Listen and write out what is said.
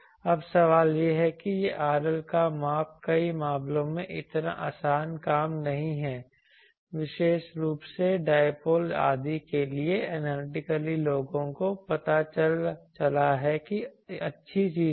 अब सवाल यह है कि यह RL का माप कई मामलों में इतना आसान काम नहीं है विशेष रूप से डिपोल आदि के लिए एनालिटिकली लोगों को पता चला है कि अच्छी चीजें हैं